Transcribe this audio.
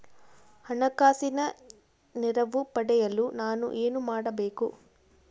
ಹಣಕಾಸಿನ ನೆರವು ಪಡೆಯಲು ನಾನು ಏನು ಮಾಡಬೇಕು?